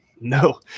no